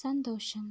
സന്തോഷം